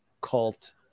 cult